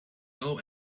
yellow